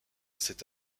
cet